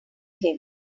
him